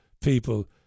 people